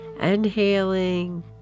Inhaling